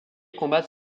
combattre